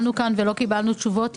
ולא קיבלנו עליהן תשובות,